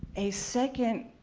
a second